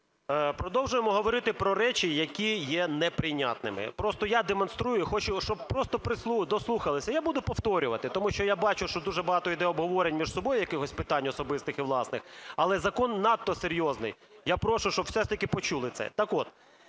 Продовжуємо говорити про речі, які є неприйнятними. Просто я демонструю і хочу, щоб просто дослухалися. Я буду повторювати, тому що я бачу, що дуже багато йде обговорень між собою якихось питань особистих і власних, але закон надто серйозний. Я прошу, щоб все ж таки почули це.